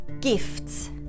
gifts